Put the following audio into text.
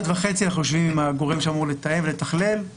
ב-13:30 אנחנו נשב עם הגורם שאמור לתכלל את זה,